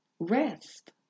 Rest